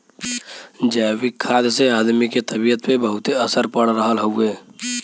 जैविक खाद से आदमी के तबियत पे बहुते असर पड़ रहल हउवे